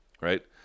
right